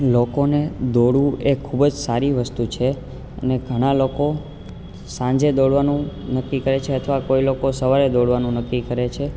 લોકોને દોડવું એ ખૂબ જ સારી વસ્તુ છે અને ઘણા લોકો સાંજે દોડવાનું નક્કી કરે છે અથવા કોઈ લોકો સવારે દોડવાનું નક્કી કરે છે